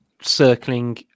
circling